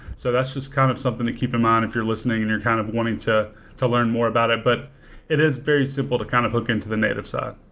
so that's just kind of something to keep in mind if you're listening and you're kind of wanting to to learn more about it. but it is very simple to kind of hook into the native side.